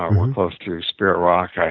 um we're close to spirit rock.